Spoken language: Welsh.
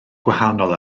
gwahanol